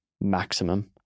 maximum